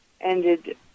ended